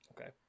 Okay